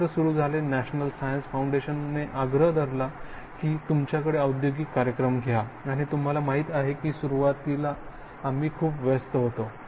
केंद्र सुरू झाले नॅशनल सायन्स फाऊंडेशनने आग्रह केला की तुमच्याकडे औद्योगिक कार्यक्रम घ्या आणि तुम्हाला माहिती आहे की सुरुवातीला आम्ही खूप व्यस्त होतो